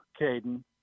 Caden